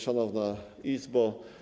Szanowna Izbo!